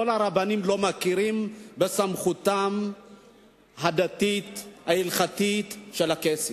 כל הרבנים לא מכירים בסמכותם הדתית ההלכתית של הקייסים.